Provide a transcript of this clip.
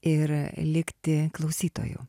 ir likti klausytoju